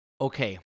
okay